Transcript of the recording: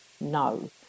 no